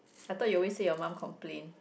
I thought you always say your mum complain